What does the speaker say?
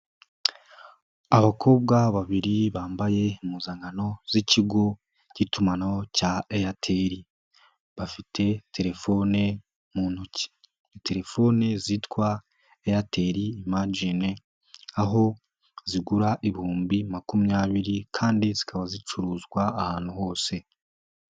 Abakobwa babiri bambaye impuzankano z'ikigo cy'itumanaho cya Airtel bafite telefone mu ntoki, telefoni zitwa Airtel imajine, aho zigura ibihumbi makumyabiri kandi zikaba zicuruzwa ahantu hose.